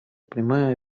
прямая